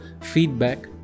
feedback